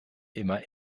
immer